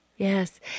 Yes